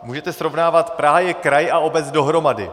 Můžete srovnávat, Praha je kraj a obec dohromady.